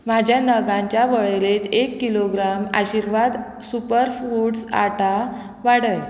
म्हाज्या नगांच्या वळेरेंत एक kilogram Aashirvaad super foods atta वाडय